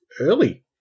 early